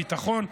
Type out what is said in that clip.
הביטחון,